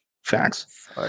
facts